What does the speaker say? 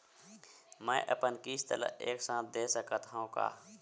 मै अपन किस्त ल एक साथ दे सकत हु का?